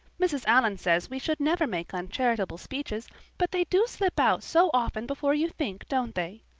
mrs. allan says we should never make uncharitable speeches but they do slip out so often before you think, don't they?